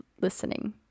listening